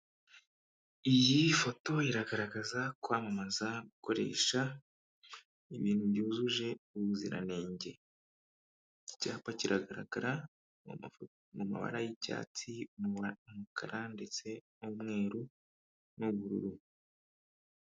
Iyi foto iragaragaza kwamamaza gukoresha ibintu byujuje ubuziranenge, iki cyapa kiragaragara mu mabara y'icyatsi, umukara, ndetse n'umweru n'ubururu.